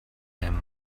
him